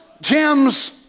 gems